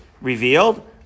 revealed